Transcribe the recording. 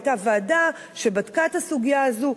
היתה ועדה שבדקה את הסוגיה הזו.